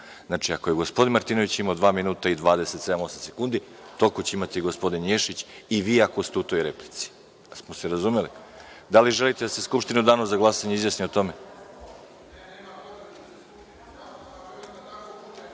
Poslovnika. Ako je gospodin Martinović imao dva minuta i 27 sekundi, toliko će imati i gospodin Ješić i vi ako ste u toj replici. Da li smo se razumeli? Da li želite da se Skupština u danu za glasanje izjasni o